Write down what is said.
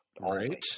Right